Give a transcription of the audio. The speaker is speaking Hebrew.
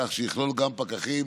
כך שיכלול גם פקחים